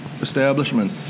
establishment